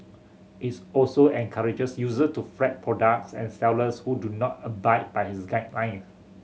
its also encourages user to flag products and sellers who do not abide by his guideline